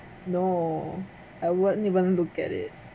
no I don't want even look at it